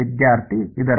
ವಿದ್ಯಾರ್ಥಿ ಇದರ